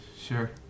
sure